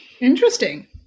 Interesting